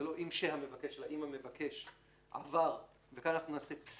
ולא "אם שהמבקש" , "אם המבקש עבר, בתוך